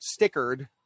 stickered